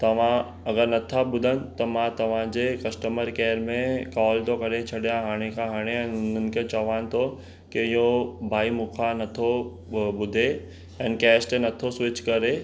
तव्हां अगरि नथा ॿुधनि त मां तव्हांजे कस्टमर केयर में कॉल थो करे छॾिया हाणे खां हाणे हुननि खे चवां थो की इहो भई मूंखां नथो ॿुधे ऐं कैश ते नथो स्विच करे